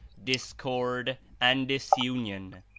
discord and disunion,